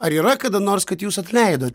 ar yra kada nors kad jūs atleidot